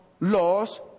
laws